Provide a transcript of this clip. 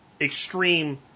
extreme